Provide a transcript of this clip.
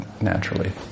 naturally